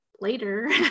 later